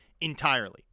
entirely